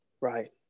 right